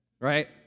right